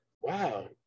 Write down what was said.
wow